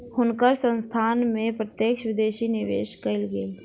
हुनकर संस्थान में प्रत्यक्ष विदेशी निवेश कएल गेल